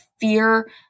fear